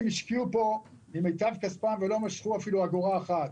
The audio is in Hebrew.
השקיעו פה ממיטב כספם ולא משכו אפילו אגורה אחת